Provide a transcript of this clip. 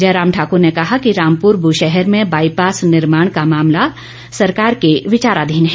जयराम ठाकुर ने कहा कि रामपुर बुशहर में बाईपास निर्माण का मामला सरकार के विचाराधीन है